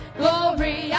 glory